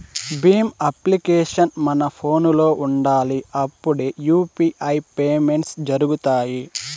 Bhim application మన ఫోనులో ఉండాలి అప్పుడే యూ.పీ.ఐ పేమెంట్స్ జరుగుతాయి